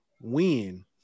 win